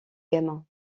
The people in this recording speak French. gamin